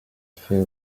fait